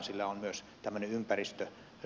sillä on myös tämän ympäristö ja